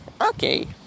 okay